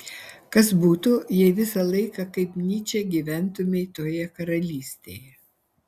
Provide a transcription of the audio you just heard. kas būtų jei visą laiką kaip nyčė gyventumei toje karalystėje